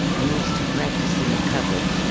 and he used to practice in the cupboard,